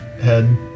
head